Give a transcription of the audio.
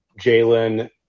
Jalen